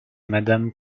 madame